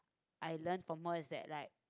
I learnt from her is that like